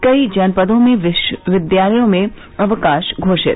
कई जनपदों में विद्यालयों में अवकाश घोषित